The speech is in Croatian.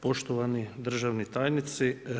Poštovani državni tajnici.